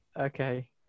Okay